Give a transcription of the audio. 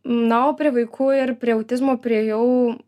na o prie vaikų ir prie autizmo priėjau